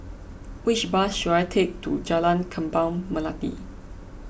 which bus should I take to Jalan Kembang Melati